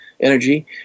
energy